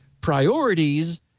priorities